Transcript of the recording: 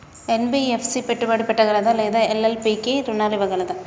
NBFC పెట్టుబడి పెట్టగలదా లేదా ఎల్.ఎల్.పి కి రుణాలు ఇవ్వగలదా?